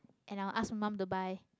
and i will ask my mum to buy